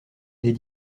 des